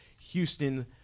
houston